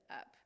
up